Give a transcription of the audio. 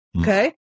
Okay